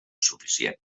suficient